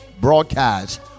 broadcast